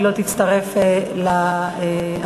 היא לא תצטרף להצבעות.